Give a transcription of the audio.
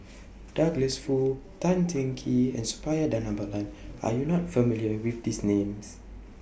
Douglas Foo Tan Teng Kee and Suppiah Dhanabalan Are YOU not familiar with These Names